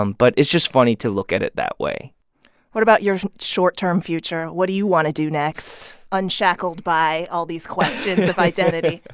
um but it's just funny to look at it that way what about your short-term future? what do you want to do next, unshackled by all these questions of identity?